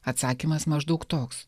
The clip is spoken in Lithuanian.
atsakymas maždaug toks